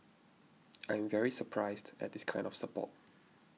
I am very surprised at this kind of support